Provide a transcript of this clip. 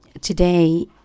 today